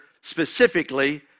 specifically